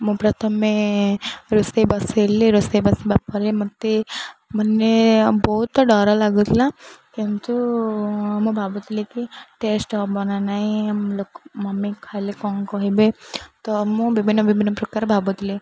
ମୁଁ ପ୍ରଥମେ ରୋଷେଇ ବସାଇଲି ରୋଷେଇ ବସିବା ପରେ ମୋତେ ମାନେ ବହୁତ ଡର ଲାଗୁଥିଲା କିନ୍ତୁ ମୁଁ ଭାବୁଥିଲି କି ଟେଷ୍ଟ ହବ ନା ନାଇଁ ଲୋକ ମମି ଖାଇଲେ କ'ଣ କହିବେ ତ ମୁଁ ବିଭିନ୍ନ ବିଭିନ୍ନ ପ୍ରକାର ଭାବୁଥିଲି